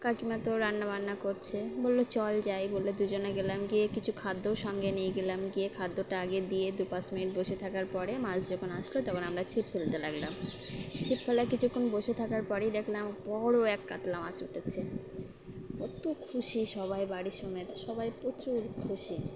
কাকিমাতো রান্নাবান্না করছে বললো চল যায় বললে দুজনে গেলাম গিয়ে কিছু খাদ্য সঙ্গে নিয়ে গেলাম গিয়ে খাদ্যটা আগে দিয়ে দু পাঁচ মিনিট বসে থাকার পরে মাছ যখন আসলো তখন আমরা ছিপ ফুলতে লাগলাম ছিপ ফলা কিছুক্ষণ বসে থাকার পরেই দেখলাম বড়ো এক কাতলা মাছ উঠেছে অতো খুশি সবাই বাড়ি সমেত সবাই প্রচুর খুশি